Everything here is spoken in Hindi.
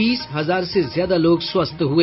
तीस हजार से ज्यादा लोग स्वस्थ हुए